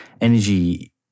Energy